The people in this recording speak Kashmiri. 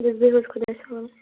اَدٕ حظ بِہِو حظ خۅدایَس حوال